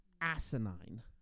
asinine